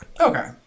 okay